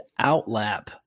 outlap